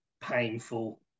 painful